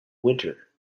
winter